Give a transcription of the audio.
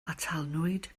atalnwyd